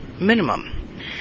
minimum